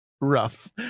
Rough